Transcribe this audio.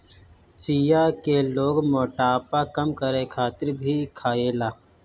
चिया के लोग मोटापा कम करे खातिर भी खायेला